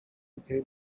became